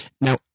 Now